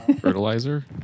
Fertilizer